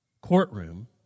courtroom